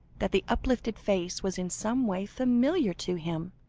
that the uplifted face was in some way familiar to him,